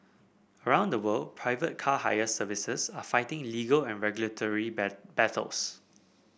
around the world private car hire services are fighting legal and regulatory battles